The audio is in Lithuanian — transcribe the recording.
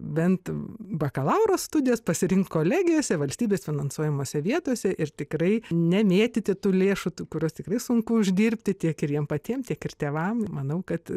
bent bakalauro studijas pasirinkt kolegijose valstybės finansuojamose vietose ir tikrai nemėtyti tų lėšų tų kurias tikrai sunku uždirbti tiek ir jiem patiem tiek ir tėvam manau kad